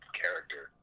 character